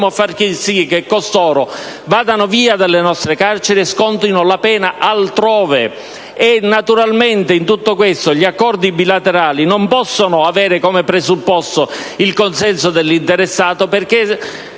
dobbiamo far sì che costoro vadano via dalle nostre carceri e scontino la pena altrove. In tutto ciò, gli accordi bilaterali non possono avere come presupposto il consenso dell'interessato, perché